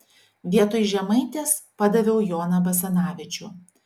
vietoj žemaitės padaviau joną basanavičių